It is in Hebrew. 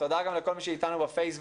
תודה גם לכל מי שאיתנו בפייסבוק,